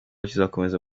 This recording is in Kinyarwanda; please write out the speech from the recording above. kizakomeza